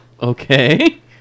Okay